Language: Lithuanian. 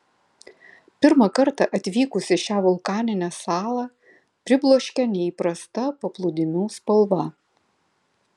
pirmą kartą atvykusius į šią vulkaninę salą pribloškia neįprasta paplūdimių spalva